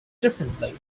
differently